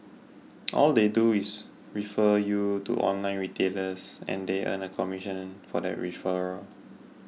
all they do is refer you to online retailers and they earn a commission for that referral